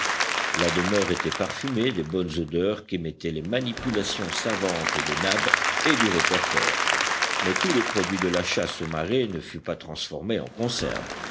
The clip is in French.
la demeure était parfumée des bonnes odeurs qu'émettaient les manipulations savantes de nab et du reporter mais tout le produit de la chasse aux marais ne fut pas transformé en conserves